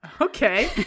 Okay